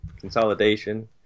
consolidation